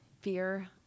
fear